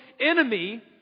enemy